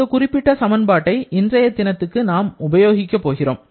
இந்த குறிப்பிட்ட சமன்பாட்டை இன்றைய தினத்திற்கு நாம் உபயோகிக்க போகிறோம்